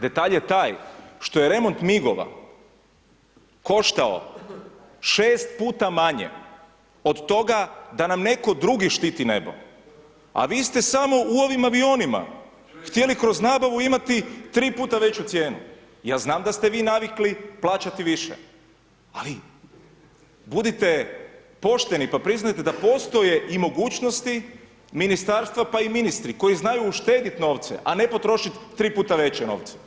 Detalj je taj što je remont migova koštao 6 puta manje od toga da nam netko drugi štiti nebo, a vi ste samo u ovim avionima htjeli kroz nabavu imati 3 puta veću cijenu, ja znam da ste vi navikli plaćati više, ali budite pošteni, pa priznajte da postoje i mogućnosti ministarstva, pa i ministri koji znaju uštediti novce, a ne potrošiti tri puta veće novce.